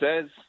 says